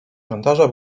cmentarza